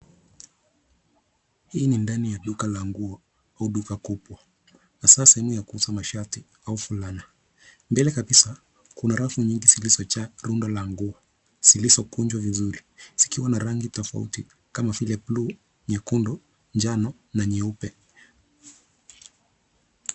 Hii ni ndani ya duka la nguo au duka kubwa hasa sehemu ya kuuza mashati au fulana. Mbele kabisa kuna rafu nyingi zilizojaa rundo la nguo zilizokunjwa vizuri zikiwa na rangi tofauti kama vile bluu, nyekundu, njano na nyeupe.